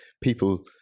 people